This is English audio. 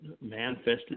manifested